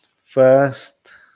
first